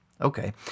okay